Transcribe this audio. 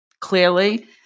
clearly